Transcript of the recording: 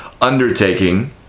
undertaking